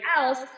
else